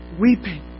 weeping